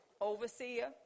Overseer